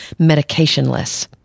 medicationless